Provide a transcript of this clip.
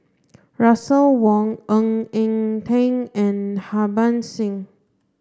Russel Wong Ng Eng Teng and Harbans Singh